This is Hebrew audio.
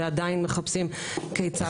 ועדיין מחפשים כיצד לכסות את העלויות.